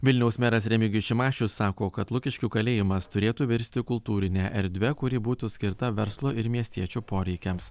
vilniaus meras remigijus šimašius sako kad lukiškių kalėjimas turėtų virsti kultūrine erdve kuri būtų skirta verslo ir miestiečių poreikiams